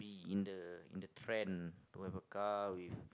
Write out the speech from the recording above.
in the in the trend to have a car with